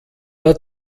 der